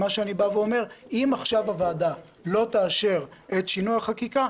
אבל אני אומר שאם עכשיו הוועדה לא תאשר את שינוי החקיקה,